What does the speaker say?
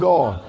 God